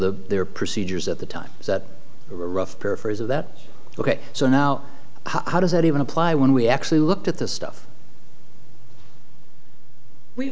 the their procedures at the time was that a rough paraphrase of that ok so now how does that even apply when we actually looked at the stuff we